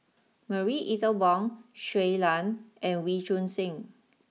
Marie Ethel Bong Shui Lan and Wee Choon Seng